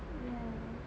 ya